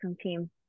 team